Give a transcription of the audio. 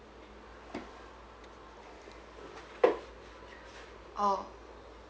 oh